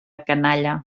canalla